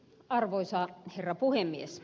arvoisa herra puhemies